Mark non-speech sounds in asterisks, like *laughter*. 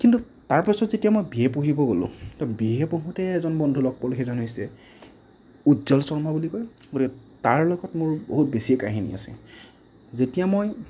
কিন্তু তাৰ পিছত যেতিয়া মই বি এ পঢ়িব গ'লোঁ *unintelligible* বি এ পঢ়োঁতে এজন বন্ধু লগ পালোঁ সেইজন হৈছে উজ্জ্বল শৰ্মা বুলি কয় গতিকে তাৰ লগত মোৰ বহুত বেছিয়ে কাহিনী আছে যেতিয়া মই